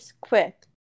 quick